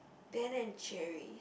Ben and Jerry